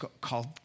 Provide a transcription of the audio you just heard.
called